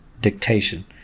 dictation